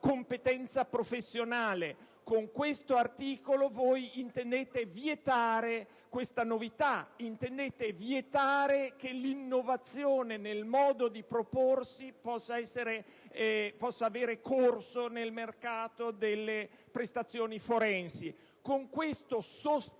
competenza professionale. Con l'articolo 8 voi intendete vietare questa novità; intendete vietare che l'innovazione nel modo di proporsi possa avere corso nel mercato delle prestazioni forensi. Con ciò sostanzialmente